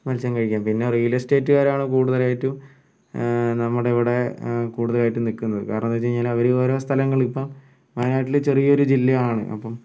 മത്സ്യം കഴിക്കാം പിന്നെ റിയലെസ്റ്റേറ്റുകാരാണ് കൂടുതലായിട്ടും നമ്മുടെ ഇവിടെ കൂടുതലായിട്ടും നിൽക്കുന്നത് കാരണമെന്ന് വെച്ചുകഴിഞ്ഞാല് അവര് ഓരോ സ്ഥലങ്ങള് ഇപ്പം വയനാട്ടിലെ ചെറിയൊരു ജില്ലയാണ് അപ്പം